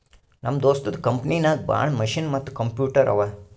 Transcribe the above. ನಮ್ ದೋಸ್ತದು ಕಂಪನಿನಾಗ್ ಭಾಳ ಮಷಿನ್ ಮತ್ತ ಕಂಪ್ಯೂಟರ್ ಅವಾ